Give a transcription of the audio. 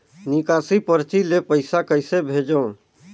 निकासी परची ले पईसा कइसे भेजों?